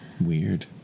Weird